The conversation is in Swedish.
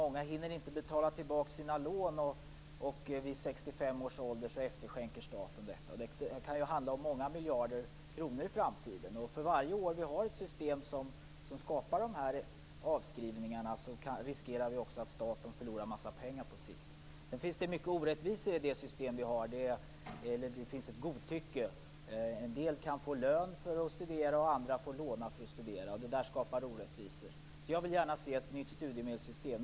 Många hinner inte betala tillbaka sina lån. Vid 65 års ålder efterskänker staten dessa pengar. Det kan handla om många miljarder kronor i framtiden. För varje år vi har ett system som skapar de här avskrivningarna riskerar vi att staten på sikt förlorar mycket pengar. Dessutom finns det många orättvisor i det system vi har. Det finns ett godtycke. En del kan få lön för att studera, andra får låna för att studera. Det skapar orättvisor. Jag vill gärna se ett nytt studiemedelssystem.